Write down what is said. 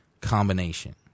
combination